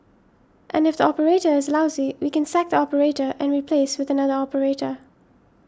and if the operator is lousy we can sack the operator and replace with another operator